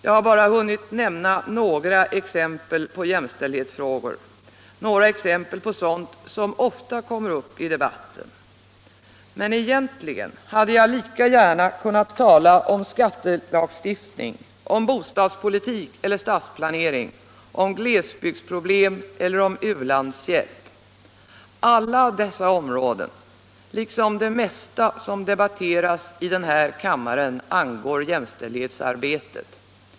Jag har bara hunnit nämna några exempel på Jämställdhetsfrågor, några exempel på sådant som ofta kommer upp i debatten. Men egentligen hade jag lika gärna kunnat tala om skattelagstiftning, om bostadspolitik eller stadsplanering, om glesbygdsproblem eller om u-landshjälp. Alla dessa områden, liksom det mesta som debatteras här i kammaren., angår jämställdhetsarbetet.